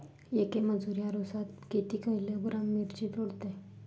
येक मजूर या रोजात किती किलोग्रॅम मिरची तोडते?